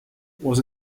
was